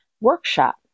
workshop